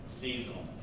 seasonal